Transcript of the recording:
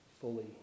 fully